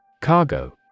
Cargo